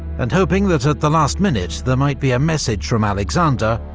and hoping that at the last minute, there might be a message from alexander,